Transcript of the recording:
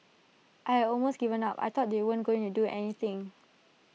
I had almost given up I thought they weren't going to do anything